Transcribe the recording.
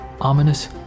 ominous